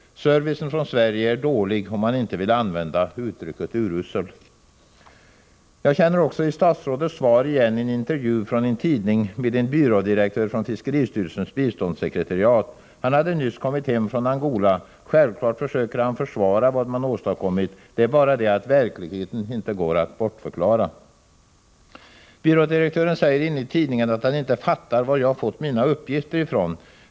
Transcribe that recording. Servicen från Sverige är dålig, om man inte vill använda uttrycket urusel. Jag känner också i statsrådets svar igen en intervju från en tidning med en byrådirektör från fiskeristyrelsens biståndssekretariat. Han hade nyss kom mit hem från Angola. Självklart försöker man försvara vad man åstadkommit. Det är bara det att verkligheten inte går att bortförklara. Byrådirektören säger enligt tidningen att han inte fattar var jag fått mina uppgifter ifrån.